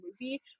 movie